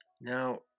Now